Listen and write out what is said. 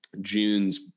June's